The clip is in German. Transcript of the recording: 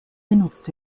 benutzt